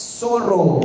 sorrow